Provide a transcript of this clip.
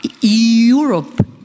Europe